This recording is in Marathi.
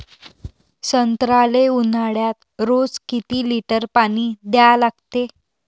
संत्र्याले ऊन्हाळ्यात रोज किती लीटर पानी द्या लागते?